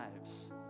lives